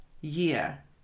year